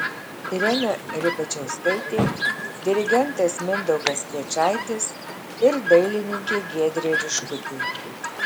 irena ribačiauskaitė dirigentas mindaugas piečaitis ir dailininkė giedrė riškutė